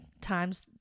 times